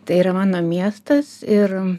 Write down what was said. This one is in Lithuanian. tai yra mano miestas ir